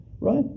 Right